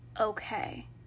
okay